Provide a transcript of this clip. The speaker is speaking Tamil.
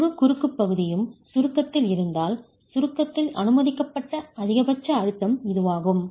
முழு குறுக்கு பகுதியும் சுருக்கத்தில் காம்ப்ரசிவ் ஸ்ட்ரெஸ் இருந்தால் சுருக்கத்தில் காம்ப்ரசிவ் ஸ்ட்ரெஸ் அனுமதிக்கப்பட்ட அதிகபட்ச அழுத்தம் இதுவாகும்